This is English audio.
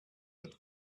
but